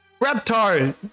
Reptar